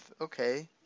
Okay